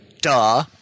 duh